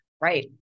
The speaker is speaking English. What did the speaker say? Right